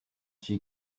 she